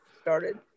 started